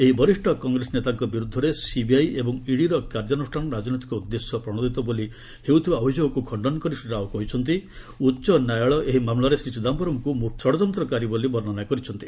ଏହି ବରିଷ୍ଣ କଂଗ୍ରେସ ନେତାଙ୍କ ବିରୁଦ୍ଧରେ ସିବିଆଇ ଏବଂ ଇଡିର କାର୍ଯ୍ୟାନୁଷ୍ଠାନ ରାଜନୈତିକ ଉଦ୍ଦେଶ୍ୟ ପ୍ରଣୋଦିତ ବୋଲି ହେଉଥିବା ଅଭିଯୋଗକୁ ଖଖ୍ତନ କରି ଶ୍ରୀ ରାଓ କହିଛନ୍ତି ଉଚ୍ଚନ୍ୟାୟାଳୟ ଏହି ମାମଲାରେ ଶ୍ରୀ ଚିଦାୟରମ୍ଙ୍କୁ ମୁଖ୍ୟ ଷଡ଼ଯନ୍ତ୍ରକାରୀ ବୋଲି ବର୍ଷ୍ଣନା କରିଛନ୍ତି